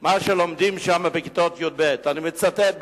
מה שלומדים שם בכיתות י"ב, אני מצטט בדיוק: